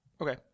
Okay